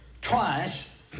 Twice